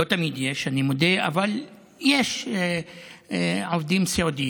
לא תמיד יש, אני מודה, אבל יש עובדי סיעוד.